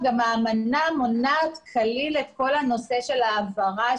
ההאמנה מונעת כליל את כל הנושא של העברת